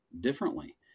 differently